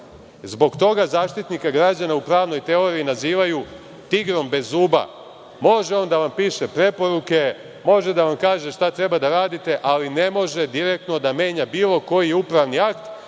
Zbog toga Zaštitnika građana u pravnoj teoriji nazivaju tigrom bez zuba. Može on da vam piše preporuke, može da vam kaže šta treba da radite, ali ne može direktno da menja bilo koji upravni akt,